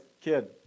kid